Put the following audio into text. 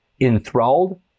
enthralled